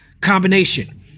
combination